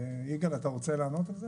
יגאל, אתה רוצה לענות על זה?